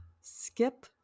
skip